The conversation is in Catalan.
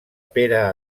pere